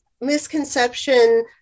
misconception